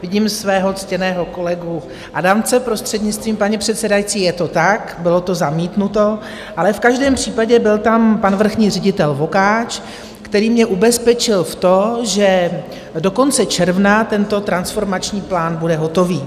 Vidím svého ctěného kolegu Adamce, prostřednictvím paní předsedající, je to tak, bylo to zamítnuto, ale v každém případě byl tam pan vrchní ředitel Vokáč, který mě ubezpečil v to, že do konce června tento transformační plán bude hotový.